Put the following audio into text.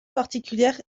particulière